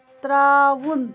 ترٛاوُن